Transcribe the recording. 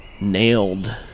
Nailed